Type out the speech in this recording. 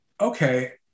okay